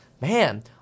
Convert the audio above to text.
man